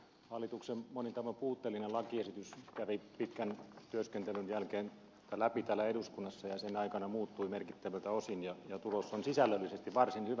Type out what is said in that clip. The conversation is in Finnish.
hallituksen monin tavoin puutteellinen lakiesitys kävi pitkän työskentelyn läpi täällä eduskunnassa ja muuttui sen aikana merkittäviltä osin ja tulos on sisällöllisesti varsin hyvä